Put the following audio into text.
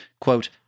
quote